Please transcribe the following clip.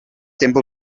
tempo